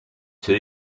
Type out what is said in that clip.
two